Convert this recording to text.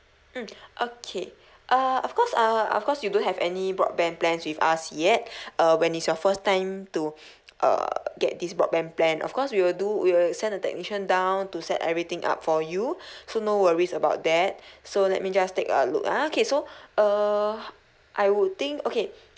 mm okay uh of course uh of course you don't have any broadband plans with us yet uh when it's your first time to err get this broadband plan of course we will do we will send a technician down to set everything up for you so no worries about that so let me just take a look ah okay so err I would think okay